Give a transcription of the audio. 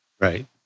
Right